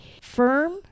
firm